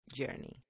journey